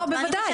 לא, בוודאי.